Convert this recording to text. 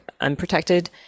unprotected